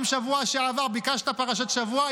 גם שבוע שעבר ביקשת פרשת שבוע.